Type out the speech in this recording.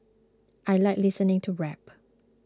I like listening to rap